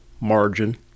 margin